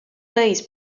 days